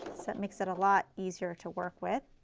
so that makes it a lot easier to work with.